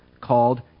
called